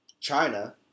China